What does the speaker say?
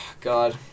God